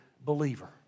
believer